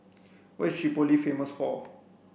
what is Tripoli famous for